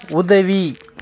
உதவி